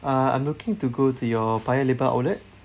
uh I'm looking to go to your paya lebar outlet